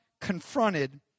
confronted